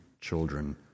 children